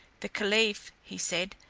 the caliph, he said,